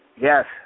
Yes